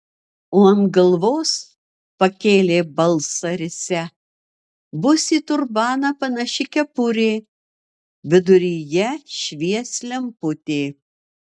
o ant galvos pakėlė balsą risia bus į turbaną panaši kepurė viduryje švies lemputė